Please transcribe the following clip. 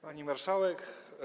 Pani Marszałek!